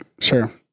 Sure